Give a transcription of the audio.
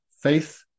faith